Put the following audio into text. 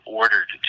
ordered